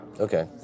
Okay